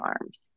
arms